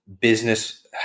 business